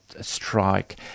strike